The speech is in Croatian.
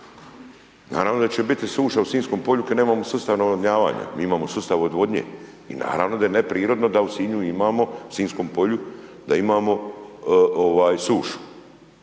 Naravno da će biti suša u Sinjskom polju kad nemamo sustav navodnjavanja, mi imamo sustav odvodnje. i naravno da je neprirodno da u Sinju imamo, u